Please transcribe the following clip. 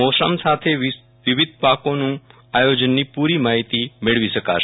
મોસમ સાથે વિવિધ પાકોનું આયોજનની પૂરી માહિતી મેળવી શકાશે